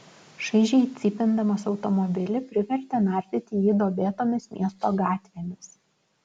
šaižiai cypindamas automobilį privertė nardyti jį duobėtomis miesto gatvėmis